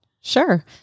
Sure